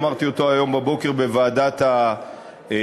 אמרתי אותו היום בבוקר בוועדת הפנים,